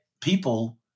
people